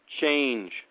change